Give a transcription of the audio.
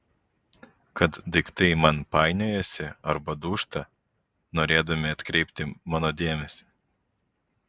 kad daiktai man painiojasi arba dūžta norėdami atkreipti mano dėmesį